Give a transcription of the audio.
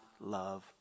love